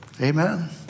Amen